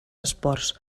esports